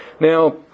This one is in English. Now